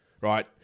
right